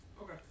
Okay